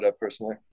personally